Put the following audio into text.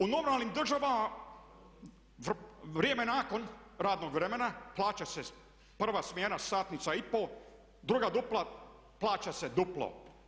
U normalnim državama vrijeme nakon radnog vremena plaća se prva smjena satnica i po, druga dupla, plaća se duplo.